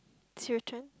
is your turn